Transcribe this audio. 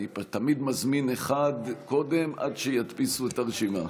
אני תמיד מזמין אחד קודם עד שידפיסו את הרשימה.